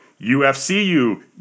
UFCU